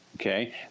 okay